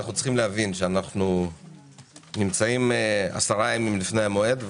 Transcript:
עלינו להבין שאנו נמצאים עשרה ימים לפני המועד.